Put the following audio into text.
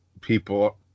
people